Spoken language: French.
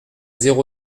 zéro